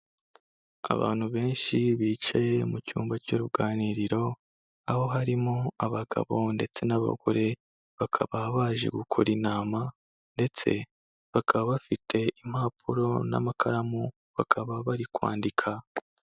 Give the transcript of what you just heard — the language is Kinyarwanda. Abantu benshi, bicaye mu cyumba cy'uruganiriro, aho harimo abagabo ndetse n'abagore, bakaba baje gukora inama ndetse bakaba bafite impapuro n'amakaramu, bakaba bari kwandika.